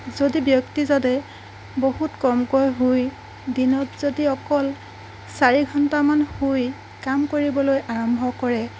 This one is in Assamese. যদি ব্যক্তিজনে বহুত কমকৈ শুই দিনত যদি অকল চাৰিঘণ্টামান শুই কাম কৰিবলৈ আৰম্ভ কৰে